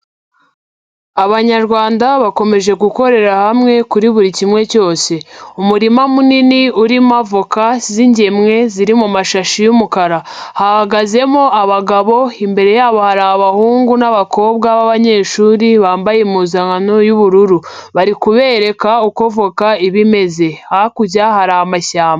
Abanyarwanda bakomeje gukorera hamwe kuri buri kimwe cyose. Umurima munini urimo avoka z'ingemwe, ziri mu mashashi y'umukara. Hahagazemo abagabo, imbere yabo hari abahungu n'abakobwa b'abanyeshuri bambaye impuzankano y'ubururu. Bari kubereka uko voka iba imeze. Hakurya hari amashyamba.